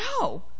no